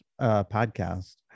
podcast